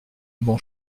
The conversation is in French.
mon